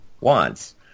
wants